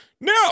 No